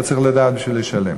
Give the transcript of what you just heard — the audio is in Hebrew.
אתה צריך לדעת לשלם.